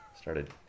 started